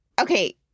Okay